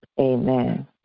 Amen